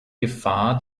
gefahr